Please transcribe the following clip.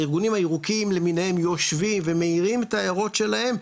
הארגונים הירוקים למיניהם יושבים ומעירים את ההערות שלהם,